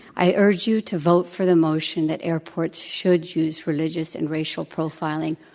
i urge you to vote for the motion that airports should use religious and racial profiling.